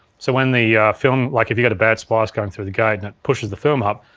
so when the film, like, if you get a bad splice going through the gate and it pushes the film up,